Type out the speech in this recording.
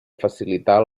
facilitar